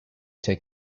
take